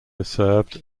served